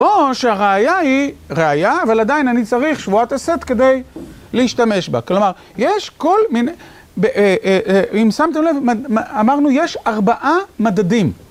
או שהראייה היא ראייה, אבל עדיין אני צריך שבועת הסט כדי להשתמש בה, כלומר, יש כל מיני, אם שמתם לב, אמרנו יש ארבעה מדדים.